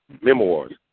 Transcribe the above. memoirs